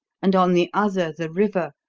and on the other the river,